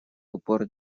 упор